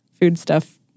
foodstuff